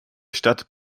stadt